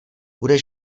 bude